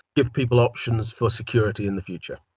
give people options for security in the future.